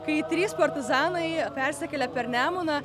kai trys partizanai persikėlė per nemuną